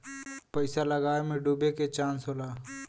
पइसा लगावे मे डूबे के चांस होला